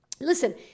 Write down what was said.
listen